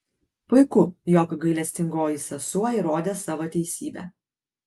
puiku jog gailestingoji sesuo įrodė savo teisybę